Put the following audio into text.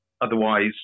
Otherwise